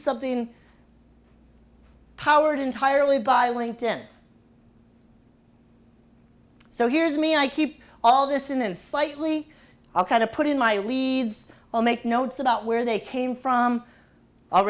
something powered entirely by linked in so here's me i keep all this in and slightly i'll kind of put in my leads or make notes about where they came from